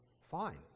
fine